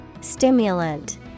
Stimulant